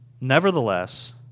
Nevertheless